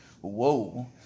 Whoa